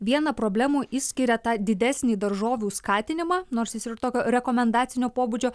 vieną problemų išskiria tą didesnį daržovių skatinimą nors jis ir tokio rekomendacinio pobūdžio